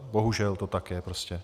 Bohužel to tak prostě je.